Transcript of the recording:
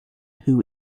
who